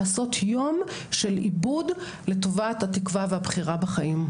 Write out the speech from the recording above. לעשות יום של עיבוד לטובת התקווה והבחירה בחיים.